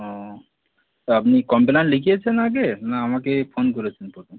ও তা আপনি কমপ্লেন লিখিয়েছেন আগে না আমাকে এই ফোন করেছেন প্রথম